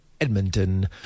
Edmonton